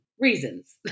reasons